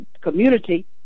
community